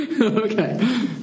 Okay